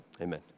Amen